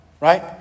right